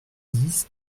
dix